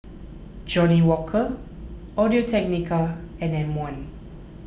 Johnnie Walker Audio Technica and M one